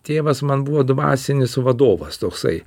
tėvas man buvo dvasinis vadovas toksai